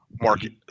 market